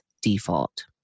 default